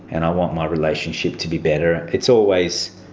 and i want my relationship to be better. it's always,